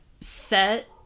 set